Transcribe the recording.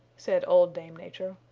said old dame nature,